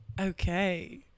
Okay